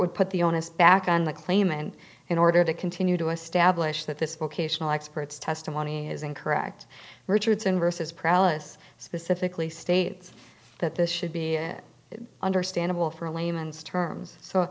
would put the onus back on the claim and in order to continue to establish that this vocational experts testimony is incorrect richardson versus prowess specifically states that this should be an understandable for a layman's terms so